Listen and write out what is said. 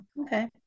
okay